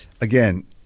again